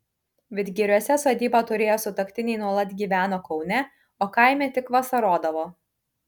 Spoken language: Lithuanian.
vidgiriuose sodybą turėję sutuoktiniai nuolat gyveno kaune o kaime tik vasarodavo